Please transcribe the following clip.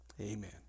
Amen